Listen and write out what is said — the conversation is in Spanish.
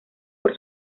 por